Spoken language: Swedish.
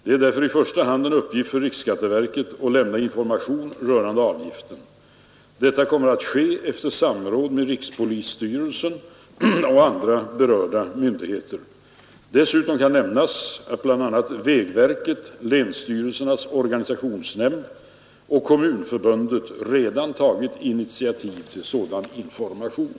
Det är därför i första hand en uppgift för riksskatteverket att lämna information rörande avgiften. Detta kommer att ske efter samråd med rikspolisstyrelsen och andra berörda myndigheter. Dessutom kan nämnas, att bl.a. vägverket, länsstyrelsernas organisationsnämnd och Kommunförbundet redan tagit initiativ till sådan information.